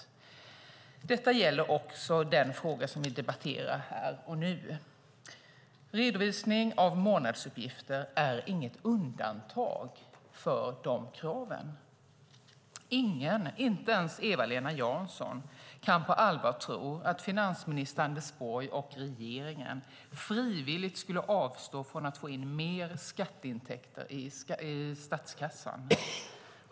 Detta gäller också den fråga vi debatterar här och nu. Redovisning av månadsuppgifter är inget undantag för de kraven. Ingen, inte ens Eva-Lena Jansson, kan på allvar tro att finansminister Anders Borg och regeringen frivilligt skulle avstå från att få in mer skatteintäkter i statskassan.